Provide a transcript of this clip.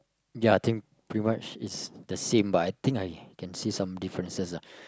ya think pretty much is the same but I think I can see some differences ah